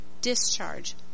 Discharge